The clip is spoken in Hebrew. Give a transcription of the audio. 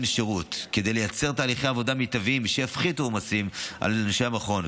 להם שירות כדי לייצר תהליכי עבודה מיטביים שיפחיתו עומסים מאנשי המכון.